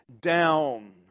down